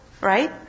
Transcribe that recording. right